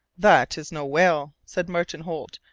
that is no whale, said martin holt,